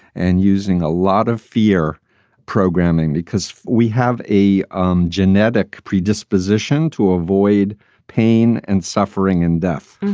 and using a lot of fear programming because we have a um genetic predisposition to avoid pain and suffering and death.